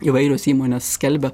įvairios įmonės skelbia